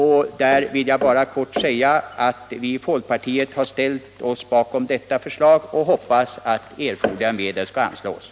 Helt kort: Vi i folkpartiet har ställt oss bakom det framlagda förslaget, och vi hoppas att erforderliga medel kommer att anslås.